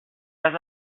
does